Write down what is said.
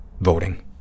voting